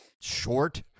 short